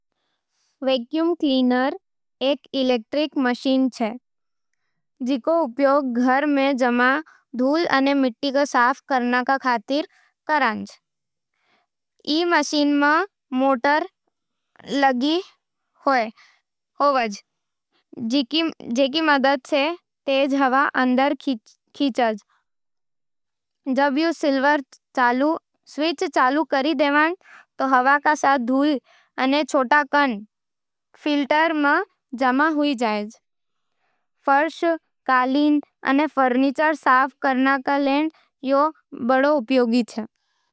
Vacuum cleaner एक electric machine छे जिको उपयोग घर में जमा धूल अने मिटी साफ करबा में होवे। ई मशीन में मोटर लगी होवे, जिकरी मदद सै तेज हवा अंदर खींच ज। जब थूं स्विच चालू कर दे, तो हवा के साथ धूल अने छोटे कण फिल्टर में जम जावे। फर्श, कालीन अने फर्नीचर साफ के लिए उपयोगी जावे।